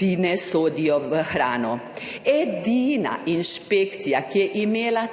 ti ne sodijo v hrano. Edina inšpekcija, ki je imela